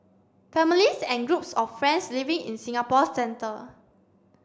families and groups of friends living in Singapore's centre